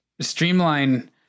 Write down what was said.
streamline